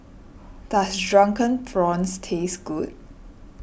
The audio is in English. does Drunken Prawns taste good